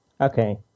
Okay